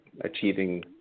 achieving